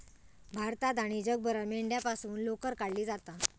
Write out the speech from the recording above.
भारतात आणि जगभरात मेंढ्यांपासून लोकर काढली जाता